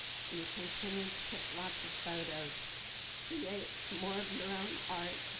you continue to take lots of photos create more of your own art